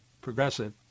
progressive